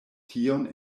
tion